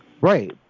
Right